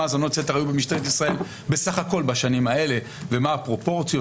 האזנות סתר היו במשטרת ישראל בסך הכול בשנים האלה ומה הפרופורציות,